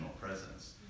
presence